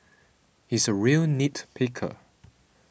he is a real nit picker